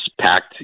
packed